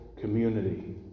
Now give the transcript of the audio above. community